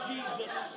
Jesus